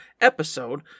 episode